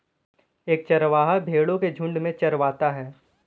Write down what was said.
एक चरवाहा भेड़ो के झुंड को चरवाता है